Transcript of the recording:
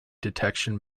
detection